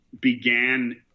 began